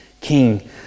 King